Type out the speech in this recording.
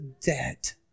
debt